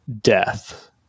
death